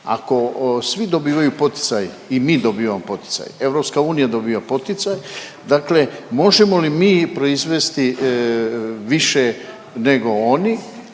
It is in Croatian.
Ako svi dobivaju poticaj i mi dobivamo poticaj, EU dobiva poticaj, dakle možemo li mi proizvesti više nego oni